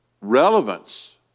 relevance